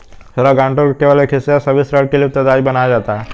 ऋण गारंटर को केवल एक हिस्से या सभी ऋण के लिए उत्तरदायी बनाया जाता है